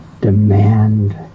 demand